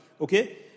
Okay